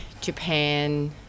Japan